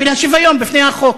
של השוויון בפני החוק.